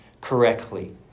correctly